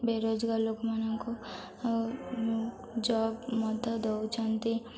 ବେରୋଜଗାର ଲୋକମାନଙ୍କୁ ଜବ୍ ମଧ୍ୟ ଦେଉଛନ୍ତି